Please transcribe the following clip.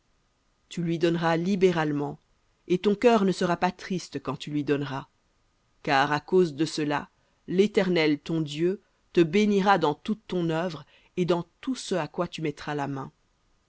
tu lui donneras libéralement et ton cœur ne sera pas triste quand tu lui donneras car à cause de cela l'éternel ton dieu te bénira dans toute ton œuvre et dans tout ce à quoi tu mettras la main